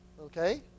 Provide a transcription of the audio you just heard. Okay